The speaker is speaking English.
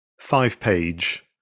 five-page